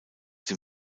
dem